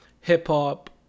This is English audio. hip-hop